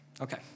Okay